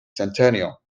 centennial